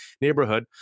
neighborhood